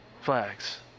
flags